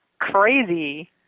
Crazy